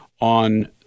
on